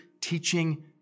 teaching